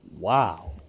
Wow